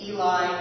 Eli